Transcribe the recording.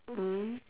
mm